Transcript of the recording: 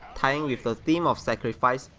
tying with the theme of sacrifice,